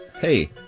Hey